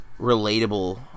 relatable